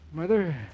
Mother